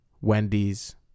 Wendy's